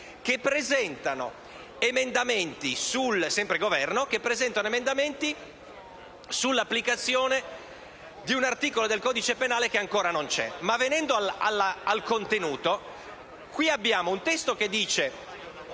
sempre del Governo, che presentano emendamenti sull'applicazione di un articolo del codice penale che ancora non c'è. Venendo al contenuto, abbiamo un testo che parla